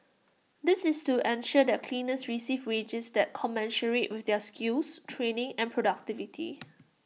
this is to ensure that cleaners receive wages that commensurate with their skills training and productivity